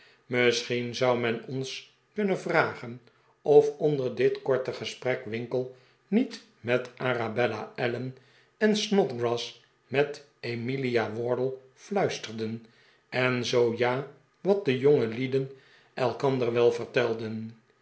misschien zou men ons kunnen vragen of onder dit korte gesprek winkle niet met arabella allen en snodgrass met emilia wardle fluisterden en zoo ja wat de johgelieden elkander wel vertelden